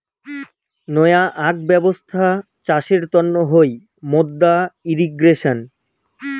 নয়া আক ব্যবছ্থা চাষের তন্ন হই মাদ্দা ইর্রিগেশন